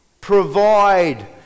Provide